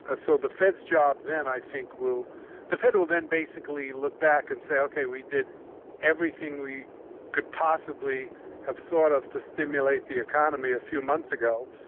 ah so the fed's job then, i think, will the fed will then basically look back and say, ok, we did everything we could possibly have thought of to stimulate the economy a few months ago.